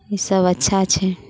ई सब अच्छा छै